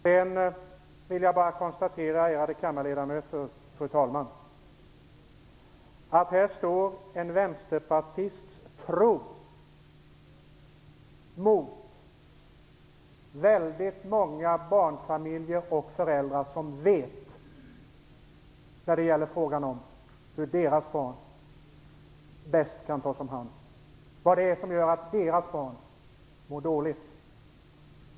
Jag vill bara konstatera, ärade kammarledamöter, fru talman, att här står en vänsterpartists tro mot väldigt många barnfamiljers och föräldrars vetande om hur barnen bäst skall tas om hand. De vet varför deras barn mår dåligt.